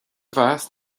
mheas